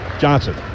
Johnson